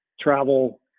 travel